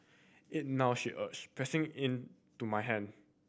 eat now she urge pressing into my hand